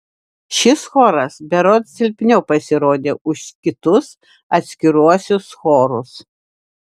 šis choras berods silpniau pasirodė už kitus atskiruosius chorus